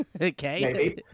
Okay